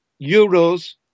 euros